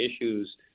issues